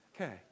Okay